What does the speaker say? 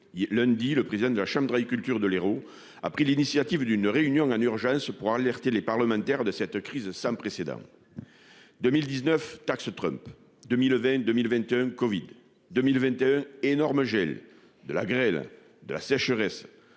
lundi le président de la Chambre culture de l'Hérault a pris l'initiative d'une réunion en urgence pour alerter les parlementaires de cette crise sans précédent. 2019. Taxe Trump 2022 1021 Covid 2021 énormes, gel de la grêle de la sécheresse.